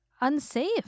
unsafe